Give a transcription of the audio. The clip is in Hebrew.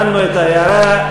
הבנו את ההערה.